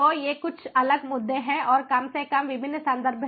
तो ये कुछ अलग मुद्दे हैं और कम से कम विभिन्न संदर्भ हैं